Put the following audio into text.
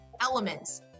elements